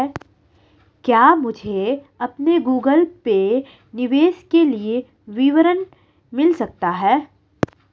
क्या मुझे अपने गूगल पे निवेश के लिए विवरण मिल सकता है?